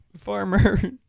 farmer